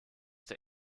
der